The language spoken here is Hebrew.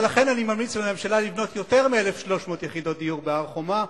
ולכן אני ממליץ לממשלה לבנות יותר מ-1,300 יחידות דיור בהר-חומה,